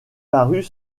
parut